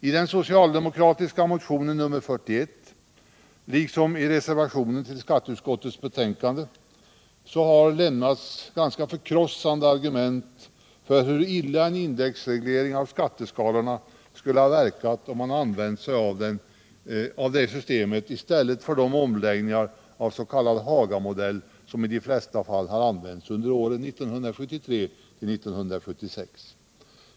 I den socialdemokratiska motionen 41 liksom i reservationen till skatteutskottets betänkande har lämnats förkrossande argument för hur illa en indexreglering av skatteskalorna skulle ha verkat i jämförelse med de omläggningar av s.k. Hagamodell som i de flesta fall tillämpades under åren 1973-1976.